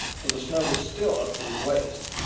for the snow was still up to his waist.